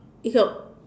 it's a